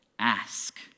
Ask